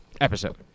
episode